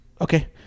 Okay